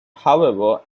however